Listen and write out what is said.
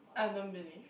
I don't believe